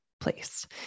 place